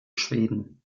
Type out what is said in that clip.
schweden